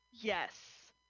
Yes